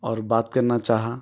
اور بات کرنا چاہا